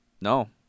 No